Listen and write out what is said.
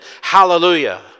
hallelujah